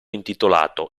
intitolato